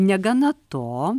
negana to